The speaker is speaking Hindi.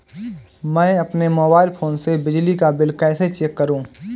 मैं अपने मोबाइल फोन से बिजली का बिल कैसे चेक करूं?